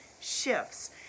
shifts